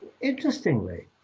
interestingly